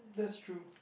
that's true